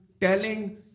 telling